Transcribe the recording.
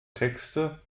texte